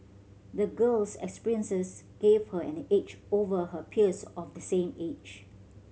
the girl's experiences gave her an edge over her peers of the same age